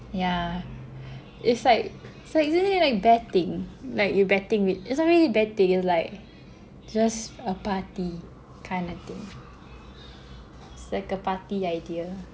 yeah it's like so isn't it like betting like you betting is actually a betting it's like just a party kind of thing it's like a party idea